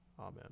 Amen